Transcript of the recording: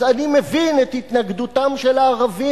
אז אני מבין את התנגדותם של הערבים,